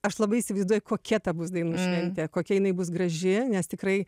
aš labai įsivaizduoju kokia ta bus dainų šventė kokia jinai bus graži nes tikrai